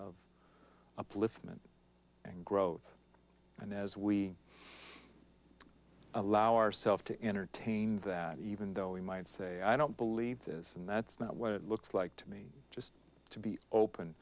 of upliftment growth and as we allow ourselves to entertain that even though we might say i don't believe this and that's not what it looks like to me just to be open